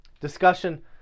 Discussion